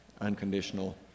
unconditional